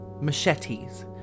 machetes